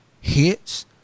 hits